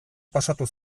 pasatu